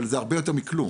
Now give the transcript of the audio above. אבל היא הרבה יותר מכלום,